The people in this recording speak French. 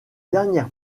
dernière